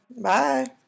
Bye